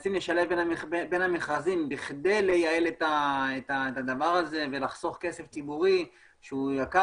מנסים לשלב בין המכרזים בכדי לייעל את הדבר הזה ולחסוך כסף ציבורי יקר.